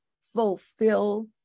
fulfill